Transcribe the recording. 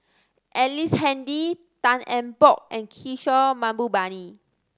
Ellice Handy Tan Eng Bock and Kishore Mahbubani